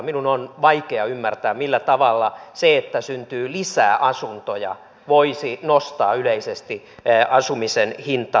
minun on vaikea ymmärtää millä tavalla se että syntyy lisää asuntoja voisi nostaa yleisesti asumisen hintaa